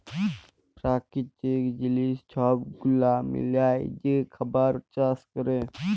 পেরাকিতিক জিলিস ছব গুলা মিলায় যে খাবার চাষ ক্যরে